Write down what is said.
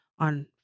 on